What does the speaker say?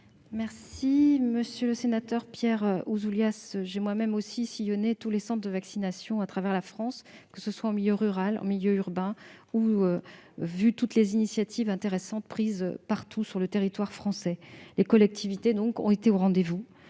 Monsieur le sénateur Pierre Ouzoulias, j'ai moi-même aussi sillonné tous les centres de vaccination à travers la France, que ce soit en milieu rural ou en milieu urbain. J'ai vu toutes les initiatives intéressantes prises partout sur le territoire français. Les collectivités territoriales ont été au rendez-vous.